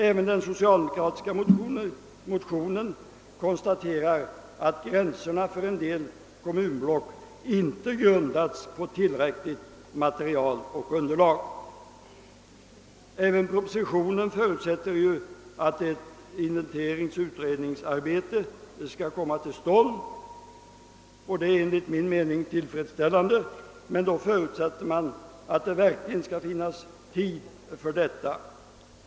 Även i det socialdemokratiska motionsparet konstateras att gränsdragningen för en del kommunblock inte grundats på tillräckligt material. Också propositionen förutsätter ju att ett inventeringsoch utredningsarbete skall komma till stånd. Detta är enligt min mening tillfredsställande, men det krävs att det verkligen finns tid för detta.